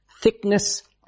thickness